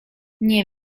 nie